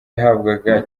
yahabwaga